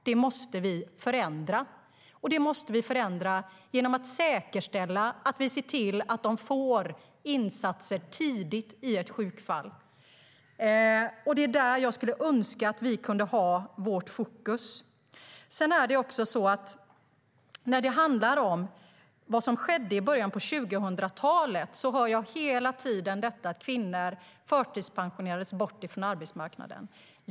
Och vi måste förändra det genom att säkerställa att de får insatser tidigt i ett sjukfall. Det är där jag önskar att vi kan ha vårt fokus. När det handlar om vad som skedde i början av 2000-talet hör jag hela tiden att kvinnor förtidspensionerades bort från arbetsmarknaden.